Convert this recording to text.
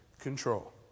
control